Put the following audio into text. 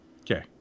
okay